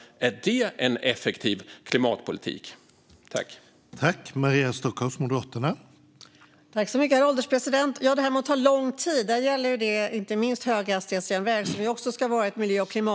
Är det effektiv klimatpolitik, Maria Stockhaus?